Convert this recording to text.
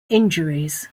injuries